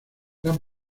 gran